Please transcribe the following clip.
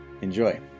Enjoy